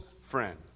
friend